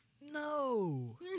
No